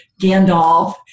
Gandalf